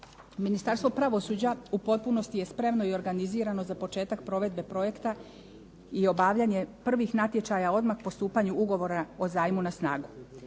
Ministarstvo pravosuđa u potpunosti je spremno i organizirano za početak provedbe projekta i obavljanje prvih natječaja odmah po stupanju ugovora o zajmu na snagu.